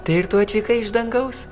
tai ir tu atvykai iš dangaus